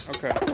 Okay